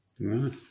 right